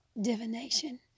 Divination